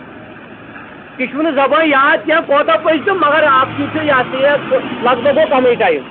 تہِ چھُم نہٕ زَبٲنۍ یاد کیٚنٛہہ کوتاہ پٔچ تہٕ مَگر اَکھ چیٖز چھُ یہِ ہَسا یہِ لگ بگ گوٚو کَمٕے ٹایم